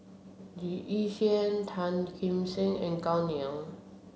Lee Yi Shyan Tan Kim Seng and Gao Ning